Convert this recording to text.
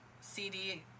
CD